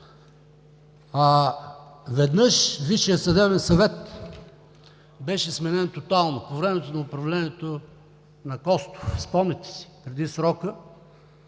веднъж Висшият съдебен съвет беше сменен тотално. По времето на управлението на Костов, спомняте си, преди срока